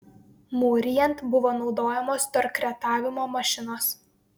mūrijant buvo naudojamos torkretavimo mašinos